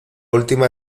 última